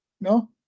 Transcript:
No